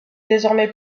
désormais